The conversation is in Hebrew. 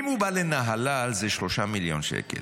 אם הוא בא לנהלל זה 3 מיליון שקל.